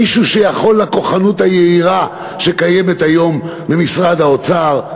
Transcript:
מישהו שיכול לכוחנות היהירה שקיימת היום במשרד האוצר.